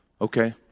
Okay